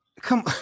come